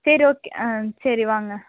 சரி ஓகே ஆ சரி வாங்க